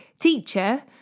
Teacher